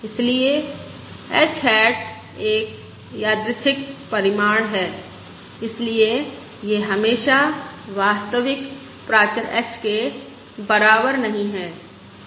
इसलिए h hat एक यादृच्छिक परिमाण है इसलिए यह हमेशा वास्तविक प्राचर h के बराबर नहीं है